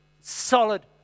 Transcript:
solid